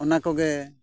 ᱚᱱᱟ ᱠᱚᱜᱮ